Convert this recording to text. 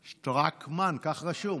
שְׁטְרָקְמָן, כך רשום.